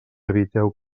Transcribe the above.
eviteu